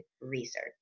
research